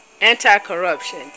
Anti-corruption